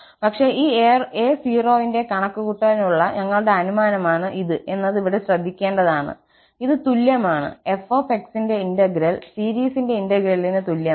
പക്ഷേ ഈ a0 ന്റെ കണക്കുകൂട്ടലിനുള്ള ഞങ്ങളുടെ അനുമാനമാണ് ഇത് എന്നത് ഇവിടെ ശ്രദ്ധിക്കേണ്ടതാണ് ഇത് തുല്യമാണ് f ന്റെ ഇന്റഗ്രൽ സീരീസിന്റെ ഇന്റെഗ്രേലിനു തുല്യമാണ്